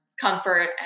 comfort